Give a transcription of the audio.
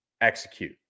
execute